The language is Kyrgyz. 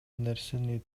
нерсени